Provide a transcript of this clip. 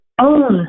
own